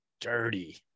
dirty